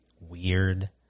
weird